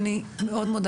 כשמו כן הוא,